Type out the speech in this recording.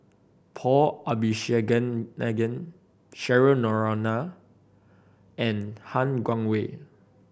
Paul Abisheganaden Cheryl Noronha and Han Guangwei